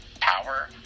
power